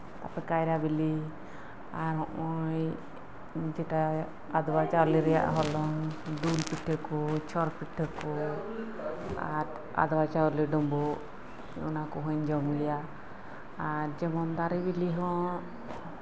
ᱠᱟᱭᱨᱟ ᱵᱤᱞᱤ ᱟᱨ ᱦᱚᱸᱜᱼᱚᱭ ᱡᱮᱴᱟ ᱟᱫᱣᱟ ᱪᱟᱣᱞᱮ ᱨᱮᱭᱟᱜ ᱦᱚᱞᱚᱝ ᱫᱩᱞ ᱯᱤᱴᱷᱟᱹ ᱠᱚ ᱪᱷᱚᱨ ᱯᱤᱴᱷᱟᱹ ᱠᱚ ᱟᱫᱣᱟ ᱪᱟᱣᱞᱮ ᱰᱩᱵᱩᱜ ᱚᱱᱟ ᱠᱚᱦᱚᱧ ᱡᱚᱢ ᱜᱮᱭᱟ ᱟᱨ ᱡᱮᱢᱚᱱ ᱫᱟᱨᱮ ᱵᱤᱞᱤ ᱦᱚᱸ